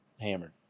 hammered